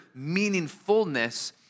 meaningfulness